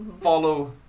follow